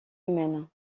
humaine